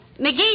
McGee